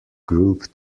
group